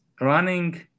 running